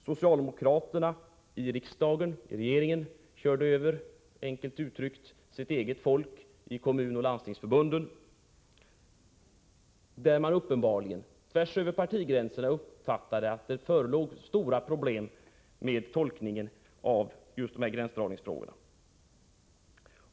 Socialdemokraterna i regeringen körde enkelt uttryckt över sitt eget folk i Kommunoch Landstingsförbund där man uppenbarligen tvärs över partigränserna uppfattat att det förelåg stora problem med tolkningen av just gränsdragningsfrågorna.